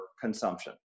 consumption